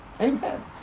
Amen